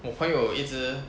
我朋友一直